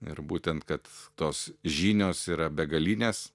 ir būtent kad tos žinios yra begalinės